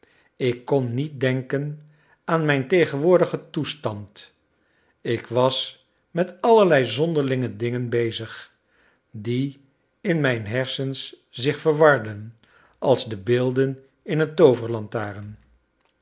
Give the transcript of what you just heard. ik kon niet denken aan mijn tegenwoordigen toestand ik was met allerlei zonderlinge dingen bezig die in mijn hersens zich verwarden als de beelden in een